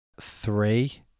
Three